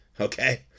Okay